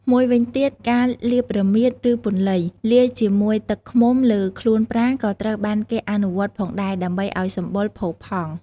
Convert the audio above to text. មួយវិញទៀត ការលាប រមៀត ឬ ពន្លៃ លាយជាមួយទឹកឃ្មុំលើខ្លួនប្រាណក៏ត្រូវបានគេអនុវត្តផងដែរ ដើម្បីឱ្យសម្បុរផូរផង់។